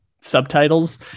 subtitles